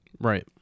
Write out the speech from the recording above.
Right